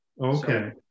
okay